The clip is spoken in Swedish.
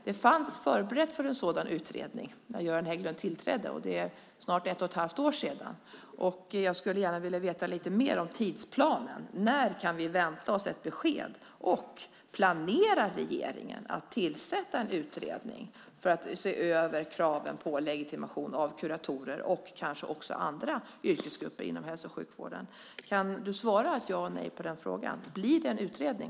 Det var förberett för en sådan utredning när Göran Hägglund tillträdde, och det är snart ett och ett halvt år sedan. Jag skulle gärna vilja veta lite mer om tidsplanen, när kan vi vänta oss ett besked? Planerar regeringen att tillsätta en utredning för att se över kraven på legitimation av kuratorer och kanske också andra yrkesgrupper inom hälso och sjukvården? Kan du svara ett ja eller nej på den frågan? Blir det en utredning?